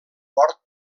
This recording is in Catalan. port